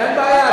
אין בעיה.